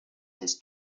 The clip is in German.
des